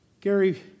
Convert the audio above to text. Gary